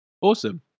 awesome